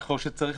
ככל שצריך,